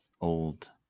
old